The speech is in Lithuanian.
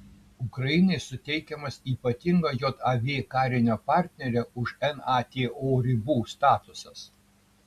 ukrainai suteikiamas ypatingo jav karinio partnerio už nato ribų statusas